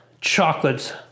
chocolates